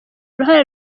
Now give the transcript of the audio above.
uruhare